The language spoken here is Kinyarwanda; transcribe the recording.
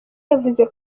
yavuze